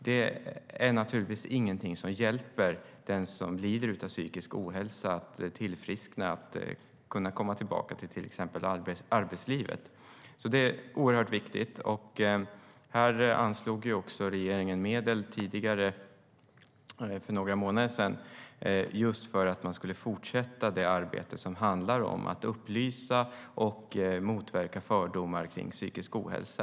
Det är naturligtvis ingenting som hjälper den som lider av psykisk ohälsa att tillfriskna och kunna komma tillbaka till arbetslivet. Här anslog regeringen för några månader sedan medel för att man skulle fortsätta arbetet med att upplysa om och motverka fördomar om psykisk ohälsa.